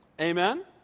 Amen